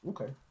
Okay